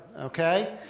okay